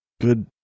good